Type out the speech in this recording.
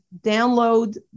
download